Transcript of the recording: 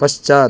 पश्चात्